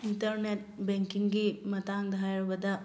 internet ꯕꯦꯡꯀꯤꯡꯒꯤ ꯃꯇꯥꯡꯗ ꯍꯥꯏꯔꯕꯗ